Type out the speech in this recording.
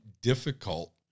difficult